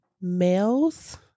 males